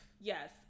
Yes